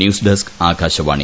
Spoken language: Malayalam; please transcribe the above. news desk Akashvani